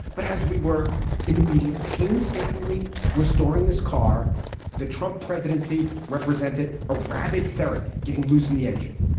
but as we were in the media painstakingly restoring this car the trump presidency represented a rabid ferret getting loose in the engine.